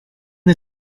the